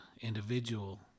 individual